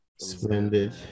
Splendid